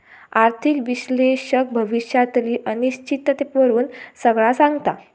आर्थिक विश्लेषक भविष्यातली अनिश्चिततेवरून सगळा सांगता